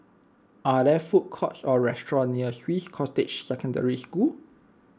are there food courts or restaurants near Swiss Cottage Secondary School